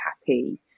happy